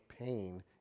pain